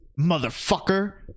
motherfucker